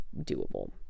doable